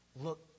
look